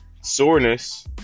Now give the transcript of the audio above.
soreness